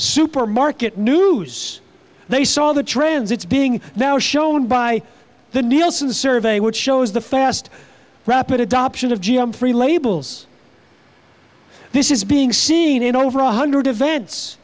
supermarket knew they saw the trends it's being now shown by the nielsen survey which shows the fast rapid adoption of g m free labels this is being seen in over one hundred events